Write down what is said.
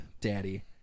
Daddy